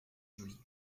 jolie